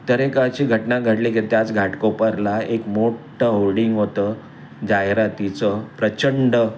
तर एक अशी घटना घडली की त्याच घाटकोपरला एक मोठं होर्डिंग होतं जाहिरातीचं प्रचंड